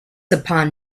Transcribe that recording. upon